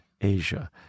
Asia